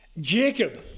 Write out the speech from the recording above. jacob